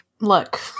look